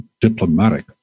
diplomatic